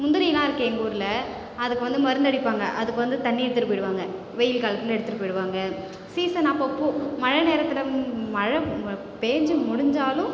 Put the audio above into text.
முந்திரில்லாம் இருக்குது எங்கள் ஊரில் அதுக்கு வந்து மருந்து அடிப்பாங்க அதுக்கு வந்து தண்ணி எடுத்துட்டு போயிடுவாங்க வெயில் காலத்தில் எடுத்துட்டு போயிடுவாங்க சீசன் அப்பப்போ மழை நேரத்தில் மழை ம பெஞ்சி முடிஞ்சாலும்